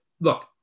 look